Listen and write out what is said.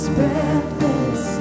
breathless